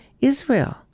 Israel